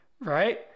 right